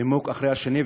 נימוק אחד אחרי השני,